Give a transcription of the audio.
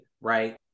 right